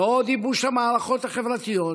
לא עוד ייבוש המערכות החברתיות.